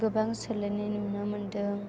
गोबां सोलायनाय नुनो मोन्दों